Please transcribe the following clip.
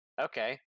okay